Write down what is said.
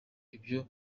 ivyo